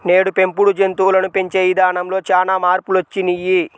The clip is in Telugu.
నేడు పెంపుడు జంతువులను పెంచే ఇదానంలో చానా మార్పులొచ్చినియ్యి